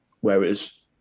whereas